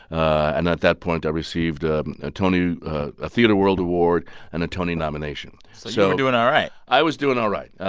and at that point, i received a ah tony a theatre world award and a tony and um and so and doing all right i was doing all right.